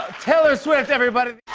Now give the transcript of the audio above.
taylor swift, everybody.